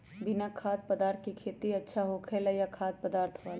बिना खाद्य पदार्थ के खेती अच्छा होखेला या खाद्य पदार्थ वाला?